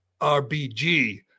RBG